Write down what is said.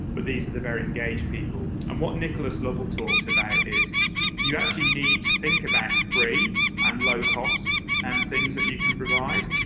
but these are the very engaged people. and um what nicholas lovell talks about is you actually need to think about free and low-cost and things that you can provide,